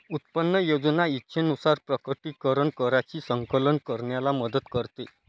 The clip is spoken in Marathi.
उत्पन्न योजना इच्छेनुसार प्रकटीकरण कराची संकलन करण्याला मदत करते